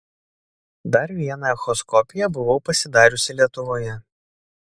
dar vieną echoskopiją buvau pasidariusi lietuvoje